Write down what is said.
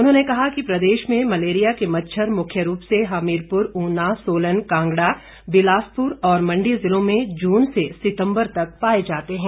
उन्होंने कहा कि प्रदेश में मलेरिया के मच्छर मुख्य रूप से हमीरपुर ऊना सोलन कांगड़ा बिलासपुर और मंडी जिलों में जून से सितम्बर तक पाए जाते हैं